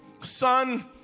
son